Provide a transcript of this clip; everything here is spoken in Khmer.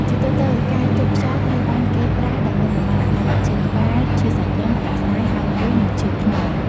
ជាទូទៅ ការជប់ខ្យល់ត្រូវបានគេប្រើដើម្បីបំបាត់អាការៈឈឺក្បាល ឈឺសាច់ដុំ ផ្តាសាយ ហើមពោះ និងឈឺខ្នង។